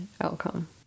outcome